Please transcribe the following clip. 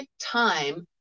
time